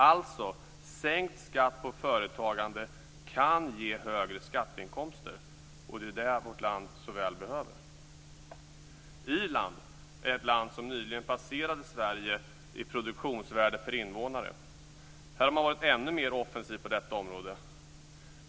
Alltså: Sänkt skatt på företagande kan ge högre skatteinkomster, och det är detta vårt land så väl behöver. Irland passerade nyligen Sverige i produktionsvärde per invånare. Här har man varit ännu mer offensiv på detta område.